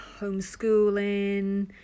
homeschooling